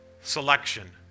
Selection